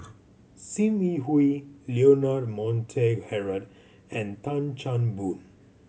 Sim Yi Hui Leonard Montague Harrod and Tan Chan Boon